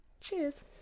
Cheers